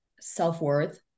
self-worth